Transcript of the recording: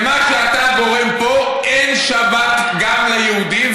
במה שאתה גורם פה אין שבת גם ליהודים.